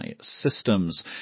systems